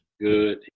Good